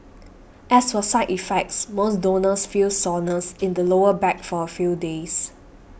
as for side effects most donors feel soreness in the lower back for a few days